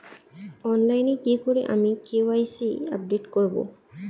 অনলাইনে কি করে আমি কে.ওয়াই.সি আপডেট করব?